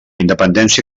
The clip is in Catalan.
independència